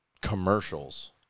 commercials